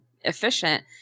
efficient